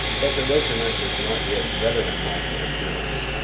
but the regiment was not yet veteranlike in appearance.